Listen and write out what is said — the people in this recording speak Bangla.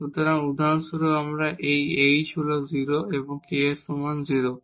সুতরাং উদাহরণস্বরূপ এই h হল 0 এবং k এর সমান 0